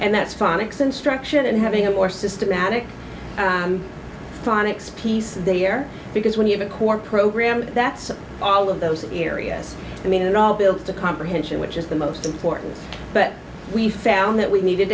and that's phonics instruction and having a more systematic phonics piece there because when you have a core program that's all of those areas i mean it all built to comprehension which is the most important but we found that we needed